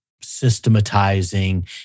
systematizing